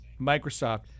Microsoft